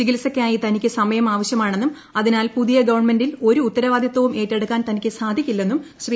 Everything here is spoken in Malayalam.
ചികിത്സയ്ക്കായി തനിക്ക് സമയം ആവശ്യമാണെന്നും അതിനാൽ പുതിയ ഗവൺമെന്റിൽ ഒരു ഉത്തരവാദിത്തവും ഏറ്റെടുക്കാൻ തനിക്ക് സാധിക്കില്ലെന്നും ശ്രീ